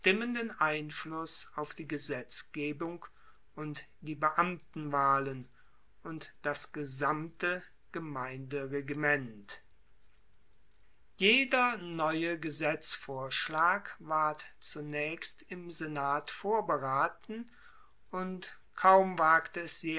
einfluss auf die gesetzgebung und die beamtenwahlen und das gesamte gemeinderegiment jeder neue gesetzvorschlag ward zunaechst im senat vorberaten und kaum wagte es